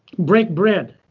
break bread.